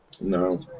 No